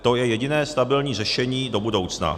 To je jediné stabilní řešení do budoucna.